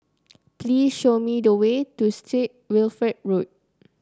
please show me the way to Street Wilfred Road